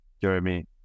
Jeremy